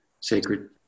sacred